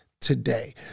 today